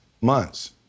months